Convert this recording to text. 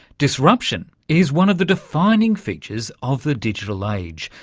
disruption is one of the defining features of the digital age.